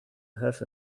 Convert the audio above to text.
have